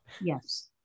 Yes